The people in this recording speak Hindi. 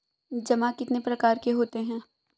जमा कितने प्रकार के होते हैं?